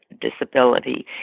disability